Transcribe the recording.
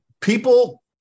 people